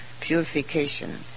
purification